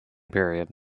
period